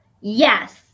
Yes